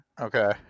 Okay